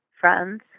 friends